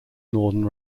northern